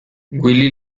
willie